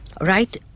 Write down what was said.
Right